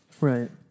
Right